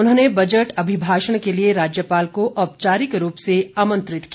उन्होंने बजट अभिभाषण के लिए राज्यपाल को औपचारिक रूप से आमंत्रित किया